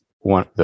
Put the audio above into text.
one